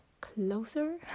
closer